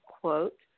quote